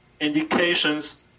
indications